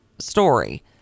story